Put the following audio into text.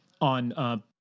on –